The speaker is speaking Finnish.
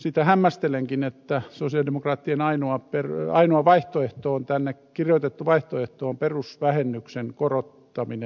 sitä hämmästelenkin että sosialidemokraattien ainoa vaihtoehto on tänne kirjoitettu perusvähennyksen korottaminen